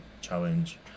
challenge